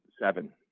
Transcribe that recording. Seven